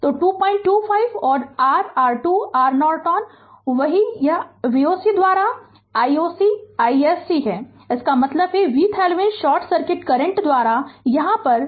तो 225 और R R2 R Norton वही यह Voc द्वारा i o ci s c iSC है इसका मतलब है VThevenin शॉर्ट सर्किट करंट द्वारा यहाँ भी 3007